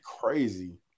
crazy